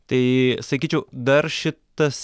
tai sakyčiau dar šitas